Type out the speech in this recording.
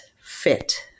fit